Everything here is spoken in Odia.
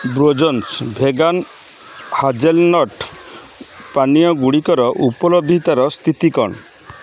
ବୋର୍ଜ୍ସ୍ ଭେଗାନ୍ ହାଜେଲନଟ୍ ପାନୀୟଗୁଡ଼ିକର ଉପଲବ୍ଧତାର ସ୍ଥିତି କ'ଣ